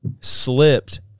slipped